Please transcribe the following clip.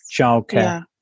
childcare